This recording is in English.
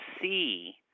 see